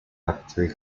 laboratory